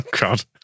God